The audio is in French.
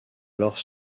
alors